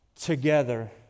together